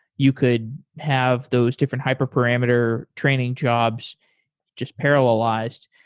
you could have those different hyper parameter training jobs just parallelized.